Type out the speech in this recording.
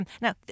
Now